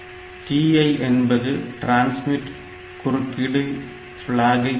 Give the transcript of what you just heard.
TI என்பது transmit குறுக்கீட்டு பிலாகை குறிக்கும்